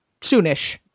soonish